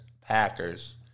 Packers